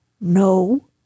No